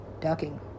ducking